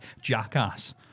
Jackass